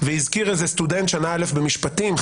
והזכיר סטודנט שנה א' במשפטים,